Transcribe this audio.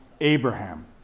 Abraham